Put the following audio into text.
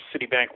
Citibank